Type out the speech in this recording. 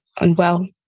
unwell